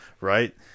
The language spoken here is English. right